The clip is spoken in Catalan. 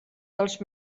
dels